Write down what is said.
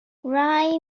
rai